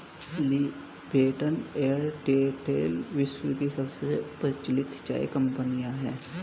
Lipton and Tetley विश्व की सबसे प्रचलित चाय कंपनियां है